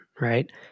right